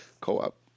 Co-op